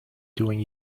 doing